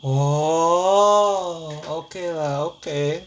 !wow! okay lah okay